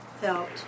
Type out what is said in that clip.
felt